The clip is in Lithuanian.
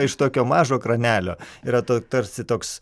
iš tokio mažo kranelio yra to tarsi toks